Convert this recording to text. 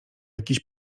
jakiś